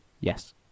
Yes